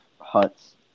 Huts